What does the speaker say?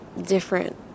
different